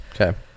Okay